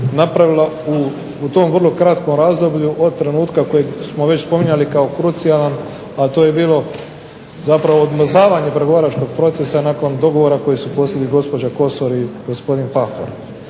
napravila u tom vrlo kratkom razdoblju od trenutka kojeg smo već spominjali kao krucijalan, a to je bilo zapravo odmrzavanje pregovaračkog procesa nakon dogovora koji su postigli gospođa Kosor i gospodin Pahor.